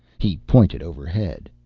he pointed overhead.